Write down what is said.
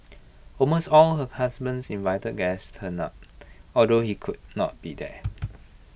almost all her husband's invited guests turned up although he could not be there